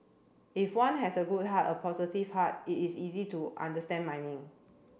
if one has a good heart a positive heart it is easy to understand miming